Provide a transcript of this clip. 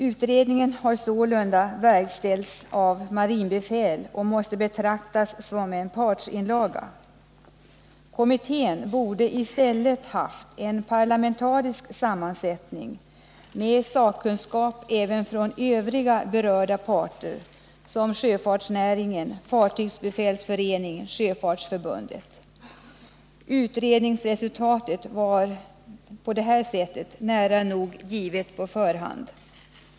Utredningen har sålunda verkställts av marinbefäl och måste betraktas som en partsinlaga. Utredningsresultatet var därigenom nära nog givet på förhand. Kommittén borde i stället ha haft en parlamentarisk sammansättning med sakkunskap även från övriga berörda parter, som sjöfartsnäringen, Fartygsbefälsföreningen och Sjöfolksförbundet.